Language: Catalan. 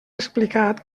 explicat